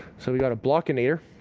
so we've got a block in here,